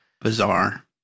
Bizarre